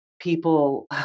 people